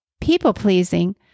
people-pleasing